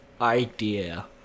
idea